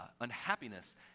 unhappiness